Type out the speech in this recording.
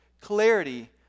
clarity